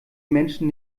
menschen